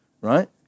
right